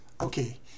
Okay